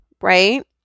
right